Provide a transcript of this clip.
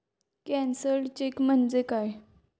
Cancelled cheque म्हणजे काय?